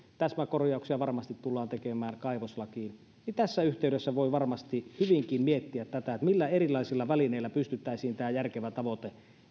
täsmäkorjauksia varmasti tullaan tekemään kaivoslakiin niin tässä yhteydessä voi varmasti hyvinkin miettiä tätä millä erilaisilla välineillä pystyttäisiin tämä järkevä tavoite